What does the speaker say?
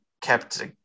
kept